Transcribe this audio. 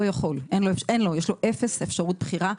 יש לו אפס אפשרות בחירה.